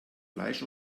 fleisch